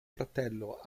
fratello